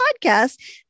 podcast